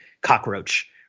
cockroach